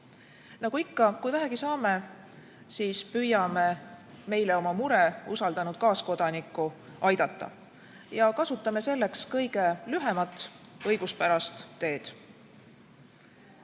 Nagu ikka, kui vähegi saame, siis püüame meile oma mure usaldanud kaaskodanikku aidata ja kasutame selleks kõige lühemat õiguspärast